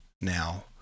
now